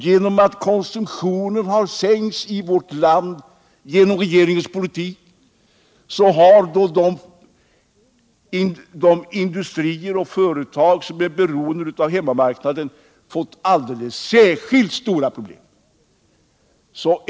Genom att konsumtionen har sänkts i vårt land på grund av regeringens politik har de industrier som är beroende av hemmamarknaden fått speciellt stora problem.